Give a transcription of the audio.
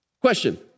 Question